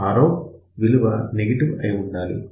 Rout విలువ negative అయిఉండాలి